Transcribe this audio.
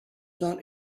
not